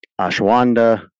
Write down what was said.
ashwanda